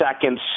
seconds